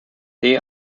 they